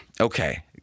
Okay